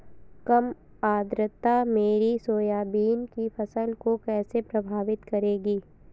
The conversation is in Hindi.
कम आर्द्रता मेरी सोयाबीन की फसल को कैसे प्रभावित करेगी?